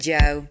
Joe